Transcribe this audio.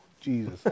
Jesus